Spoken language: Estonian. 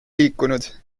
liikunud